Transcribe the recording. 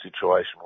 situation